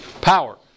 Power